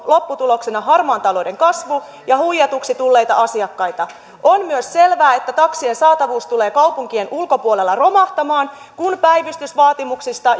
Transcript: lopputuloksena harmaan talouden kasvu ja huijatuksi tulleita asiakkaita ja että on myös selvää että taksien saatavuus tulee kaupunkien ulkopuolella romahtamaan kun päivystysvaatimuksista